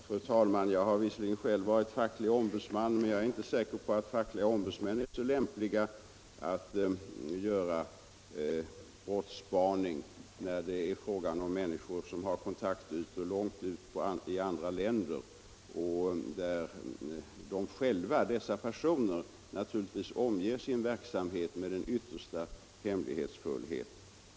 Fru talman! Jag har visserligen själv varit facklig ombudsman, men jag är inte så säker på att fackliga ombudsmän är särskilt lämpliga att göra brottsspaning när det är fråga om människor som har kontaktytor långt ut i andra länder, och där dessa personer naturligtvis omger sin verksamhet med den yttersta hemlighetsfullhet.